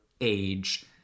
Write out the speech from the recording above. age